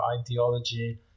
ideology